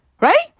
Right